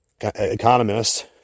economist